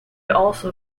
also